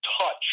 touch